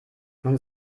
man